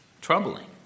troubling